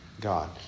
God